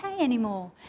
anymore